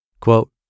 Quote